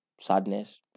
sadness